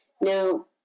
Now